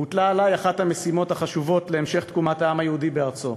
והוטלה עלי אחת המשימות החשובות להמשך תקומת העם היהודי בארצו: